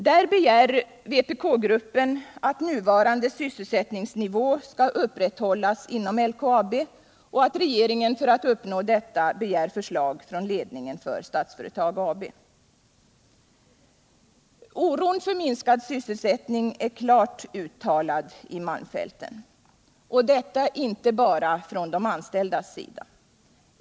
Där begär vpk-gruppen att nuvarande sysselsättningsnivå skall upprätthållas inom LKAB och att regeringen för att uppnå detta begär förslag från ledningen för Statsföretag AB. Oron för minskad sysselsättning är klart uttalad i malmfälten — och detta inte bara från de anställdas sida.